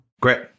Great